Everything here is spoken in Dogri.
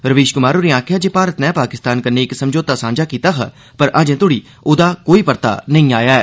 रवीर कुमार होरें आक्खेआ जे भारत नै पाकिस्तान कन्नै इक समझौता सांझा कीता हा पर अजें तोड़ी ओहदा कोई परता नेई आया ऐ